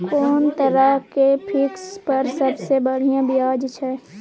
कोन तरह के फिक्स पर सबसे बढ़िया ब्याज छै?